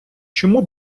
чому